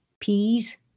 peas